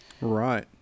right